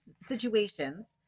situations